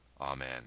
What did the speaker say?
Amen